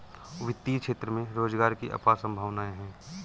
वित्तीय क्षेत्र में रोजगार की अपार संभावनाएं हैं